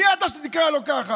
מי אתה בכלל שתקרא לו ככה?